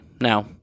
now